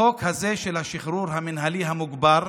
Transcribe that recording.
החוק הזה של השחרור המינהלי המוגבר,